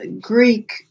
Greek